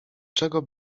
czego